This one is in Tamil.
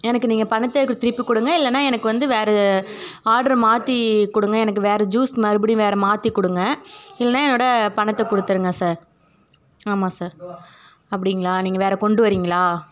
எனக்கு நீங்கள் பணத்தை கு திருப்பி கொடுங்க இல்லைன்னா எனக்கு வந்து வேறு ஆர்டர் மாற்றி கொடுங்க எனக்கு வேறு ஜூஸ் மறுபடியும் வேறு மாற்றி கொடுங்க இல்லைன்னா என்னோடய பணத்தை கொடுத்துருங்க சார் ஆமாம் சார் அப்படிங்களா நீங்கள் வேறு கொண்டு வரீங்களா